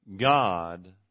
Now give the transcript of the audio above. God